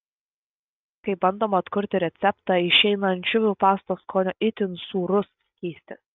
kai bandoma atkurti receptą išeina ančiuvių pastos skonio itin sūrus skystis